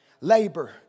labor